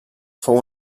fou